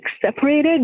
separated